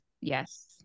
Yes